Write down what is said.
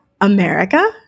America